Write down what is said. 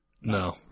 No